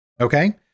Okay